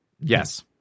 yes